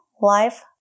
life